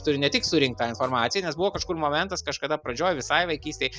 turiu ne tik surinkt tą informaciją nes buvo kažkur momentas kažkada pradžioj visai vaikystėj